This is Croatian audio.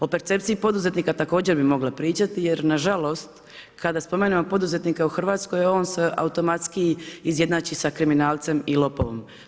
O percepciji poduzetnika također bi mogla pričati, jer nažalost, kada spomenemo poduzetnika u Hrvatskoj, on se automatski izjednači sa kriminalcem i lopovom.